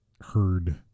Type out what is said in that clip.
heard